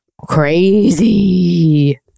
Crazy